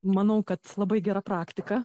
manau kad labai gera praktika